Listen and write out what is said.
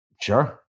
Sure